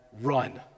Run